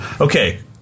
Okay